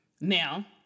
Now